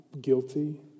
guilty